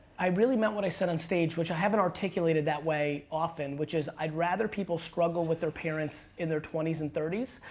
i really meant what i said on stage, which i haven't really articulated that way often, which is i'd rather people struggle with their parents in their twenty s and thirty s,